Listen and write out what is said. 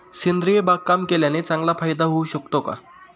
सेंद्रिय बागकाम केल्याने चांगला फायदा होऊ शकतो का?